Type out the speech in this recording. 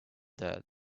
that